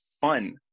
fun